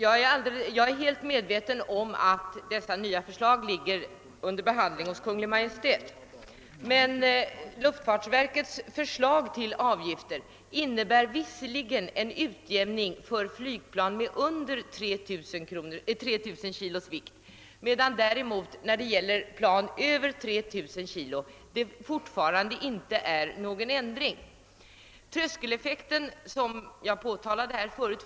Herr talman! Jag är medveten om att detta nya förslag ligger under behandling av Kungl. Maj:t och att luftfartsverkets förslag till avgifter innebär en utjämning för flygplan under 3 000 kg vikt. Men förslaget innebär ingen ändring för flygplan med en vikt däröver.